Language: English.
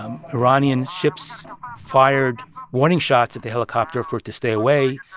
um iranian ships fired warning shots at the helicopter for it to stay away.